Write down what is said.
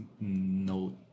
no